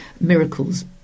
miracles